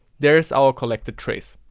there is our collected trace.